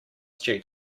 stew